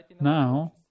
now